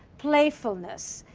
playfulness,